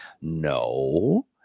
No